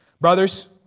Brothers